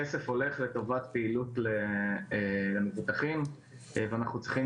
הכסף הולך לטובת פעילות למבוטחים ואנחנו צריכים